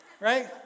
Right